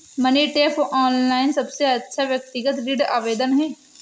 money tap, online सबसे अच्छा व्यक्तिगत ऋण आवेदन है